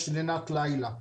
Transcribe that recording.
יש לינת לילה.